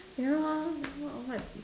ya lor the hell or what